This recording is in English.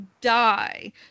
die